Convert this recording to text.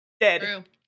dead